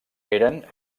eren